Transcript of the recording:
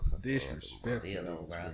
Disrespectful